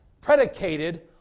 predicated